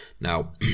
Now